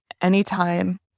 anytime